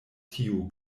tiu